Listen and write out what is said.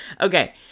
okay